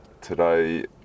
today